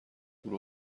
دور